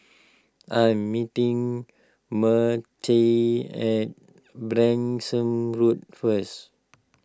I'm meeting Mertie at Branksome Road first